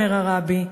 אומר הרבי,